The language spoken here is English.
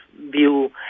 view